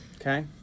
Okay